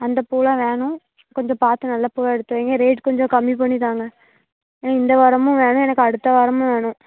அந்த பூவெலாம் வேணும் கொஞ்சம் பார்த்து நல்ல பூவாக எடுத்துவைங்க ரேட் கொஞ்சம் கம்மி பண்ணி தாங்க இந்த வாரமும் வேணும் எனக்கு அடுத்த வாரமும் வேணும்